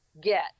get